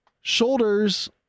Shoulders